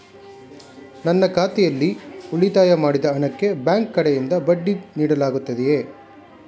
ನನ್ನ ಖಾತೆಯಲ್ಲಿ ಉಳಿತಾಯ ಮಾಡಿದ ಹಣಕ್ಕೆ ಬ್ಯಾಂಕ್ ಕಡೆಯಿಂದ ಬಡ್ಡಿ ನೀಡಲಾಗುತ್ತದೆಯೇ?